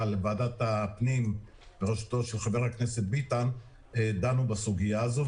וועדת הפנים בראשותו של חבר הכנסת ביטן דנו בסוגיה הזאת,